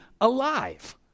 alive